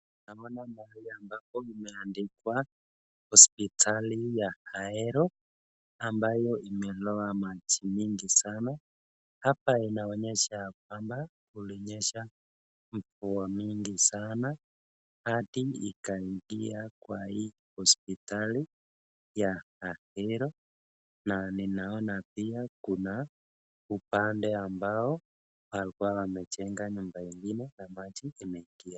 Naona mahali ambapo imeandikwa hospitali ya Ahero ambayo imelowa maji mingi sana ,hapa inaonyesha kwamba kulinyesha mvua mingi sana hadi ikaingia kwa hii hospitali ya Ahero na ninaona pia kuna upande ambao walikuwa wamejenga nyumba ingine na maji ikaingia.